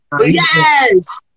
Yes